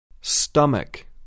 Stomach